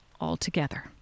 altogether